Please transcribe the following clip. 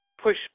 push